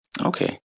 Okay